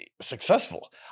successful